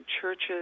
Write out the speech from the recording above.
churches